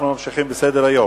אנחנו ממשיכים בסדר-היום.